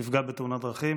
נפגע בתאונת דרכים.